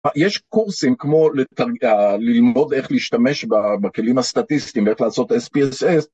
יש קורסים כמו ללמוד איך להשתמש בכלים הסטטיסטיים ואיך לעשות spss...